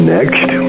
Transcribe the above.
Next